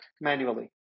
manually